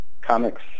comics